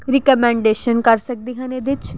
recommendation ਕਰ ਸਕਦੀ ਹਨ ਇਹਦੇ 'ਚ